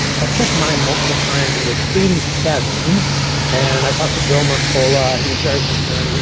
i've checked mine multiple times. it was eighty seven and i talked to joe mercola he was very concerned. he